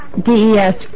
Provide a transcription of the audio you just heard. DES